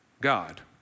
God